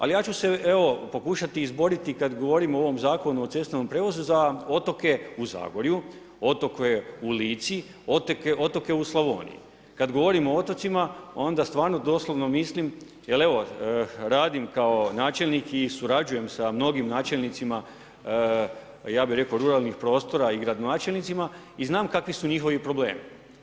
Ali ja ću se pokušati izboriti kada govorimo o ovome Zakonu o cestovnom prijevoznom za otoke u Zagorju, otoke u Lici, otoke u Slavoniji, kada govorimo o otocima onda stvarno doslovno mislim jel evo radim kao načelnik i surađujem sa mnogim načelnicima ja bih rekao ruralnih prostora i gradonačelnicima i znam kakvi su njihovi problemi.